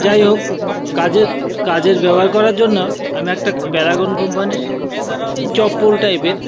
যাই হোক কাজের কাজের ব্যবহার করার জন্য আমি একটা প্যারাগন কোম্পানির এই চপ্পল টাইপের